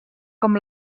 com